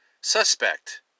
suspect